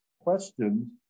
questions